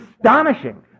astonishing